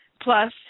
plus